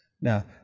Now